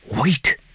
wait